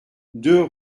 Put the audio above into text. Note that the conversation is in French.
deux